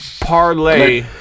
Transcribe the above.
parlay